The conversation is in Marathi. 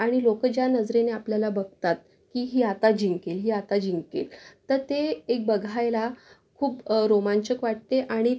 आणि लोक ज्या नजरेने आपल्याला बघतात की ही आता जिंकेल ही आता जिंकेल तर ते एक बघायला खूप रोमांचक वाटते आणि